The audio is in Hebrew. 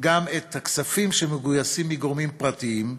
גם את הכספים שמגויסים מגורמים פרטיים,